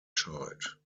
child